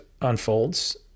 unfolds